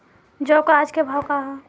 जौ क आज के भाव का ह?